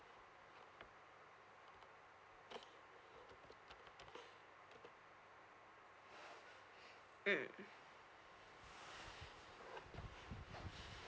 mm